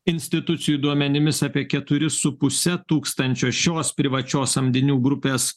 institucijų duomenimis apie keturi su puse tūkstančio šios privačios samdinių grupės